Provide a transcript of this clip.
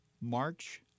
March